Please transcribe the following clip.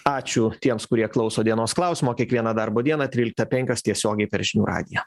ačiū tiems kurie klauso dienos klausimo kiekvieną darbo dieną tryliktą penkios tiesiogiai per žinių radiją